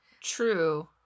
True